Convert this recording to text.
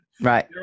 Right